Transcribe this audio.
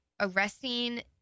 arresting